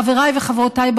חבריי וחברותיי,